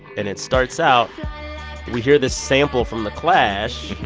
and it starts out we hear this sample from the clash.